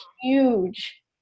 huge